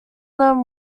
them